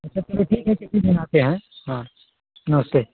अच्छा चलो ठीक है किसी दिन आते हैं हाँ नमस्ते